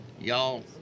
Y'all